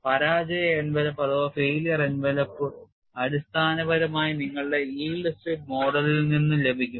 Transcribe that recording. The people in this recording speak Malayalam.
പരാജയ എൻവലപ്പ് അടിസ്ഥാനപരമായി നിങ്ങളുടെ yield സ്ട്രിപ്പ് മോഡലിൽ നിന്ന് ലഭിക്കും